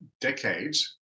decades